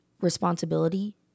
responsibility